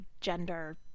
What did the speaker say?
gender